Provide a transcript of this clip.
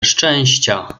szczęścia